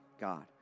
God